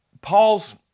Paul's